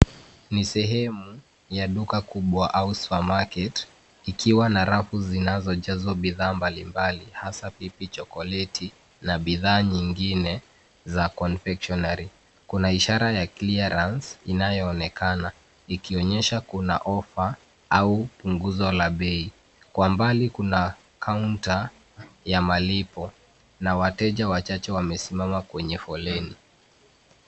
Ni sehemu ya duka kubwa au supermarket (cs) ikiwa na rafu zinazojazwa bidhaa mbalimbali hasa pipi, chokoleti na bidhaa nyingine za confectionary (cs). Kuna ishara ya clearance (cs) inayoonekana ikionyesha kuna offer (cs) au punguzo la bei. Kwa mbali kuna counter (cs) ya malipo na wateja wachache wamesimama kwenye foleni.